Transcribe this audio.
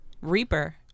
Reaper